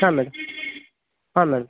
ಹಾಂ ಮೇಡಮ್ ಹಾಂ ಮೇಡಮ್